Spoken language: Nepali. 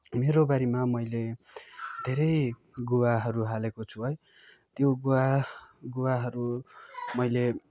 मेरो बारीमा मैले धेरै गुवाहरू हालेको छु है त्यो गुवा गुवाहरू मैले